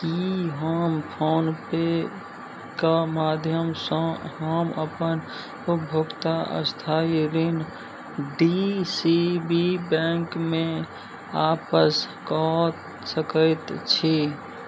की हम PhonePe कऽ माध्यमसँ हम अपन उपभोक्ता स्थायी ऋण डी सी बी बैंकमे वापस कऽ सकैत छी